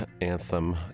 anthem